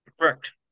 Correct